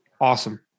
Awesome